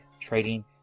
trading